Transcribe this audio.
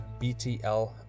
btl